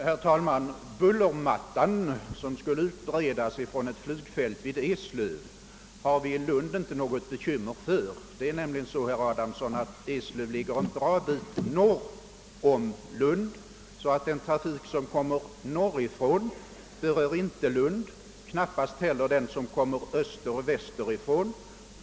Herr talman! Den bullermatta som skulle utbredas från ett flygfält vid Eslöv har vi inte något obehag av i Lund. Eslöv ligger nämligen att gott stycke norr om Lund, herr Adamsson. Den trafik som kommer norrifrån berör därför inte Lund, knappast heller den som kommer österoch västerifrån.